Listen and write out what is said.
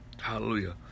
Hallelujah